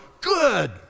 good